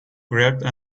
grabbed